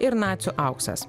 ir nacių auksas